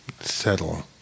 settle